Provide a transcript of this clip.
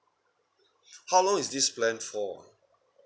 how long is this plan for ah